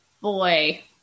boy